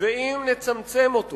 ואם נצמצם אותו